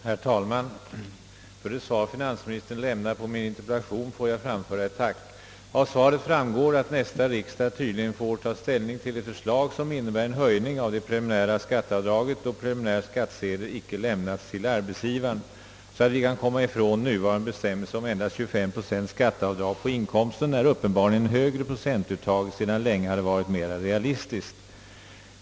Herr talman! För det svar finansministern lämnat på min interpellation får jag framföra ett tack. Av svaret framgår att nästa års riksdag tydligen får ta ställning till ett förslag som innebär en höjning av det preliminära skatteavdraget i sådana fall då preliminärskattesedel inte lämnats till arebtsgivaren. Vi skulle alltså kunna komma ifrån nuvarande bestämmelse om endast 25 procents skatteavdrag på inkomsten; ett högre procentavdrag har uppenbarligen sedan länge varit mera realistiskt.